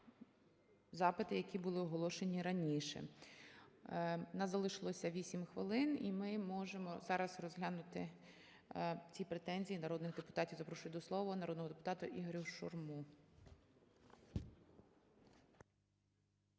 запити, які були оголошені раніше. У нас залишилося 8 хвилин, і ми можемо зараз розглянути ці претензії народних депутатів. Запрошую до слова народного депутата Ігоря Шурму.